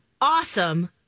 awesome